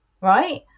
right